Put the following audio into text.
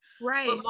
right